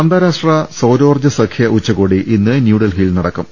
അന്താരാഷ്ട്ര സൌരോർജ്ജസഖ്യ ഉച്ചകോടി ഇന്ന് ന്യൂഡൽഹിയിൽ നടക്കും